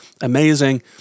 amazing